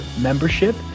membership